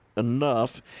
Enough